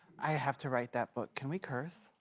i have to write that book. can we curse?